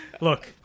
Look